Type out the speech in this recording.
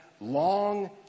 long